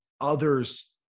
others